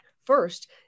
First